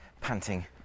panting